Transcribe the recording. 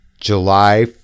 July